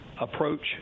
approach